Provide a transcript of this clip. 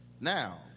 Now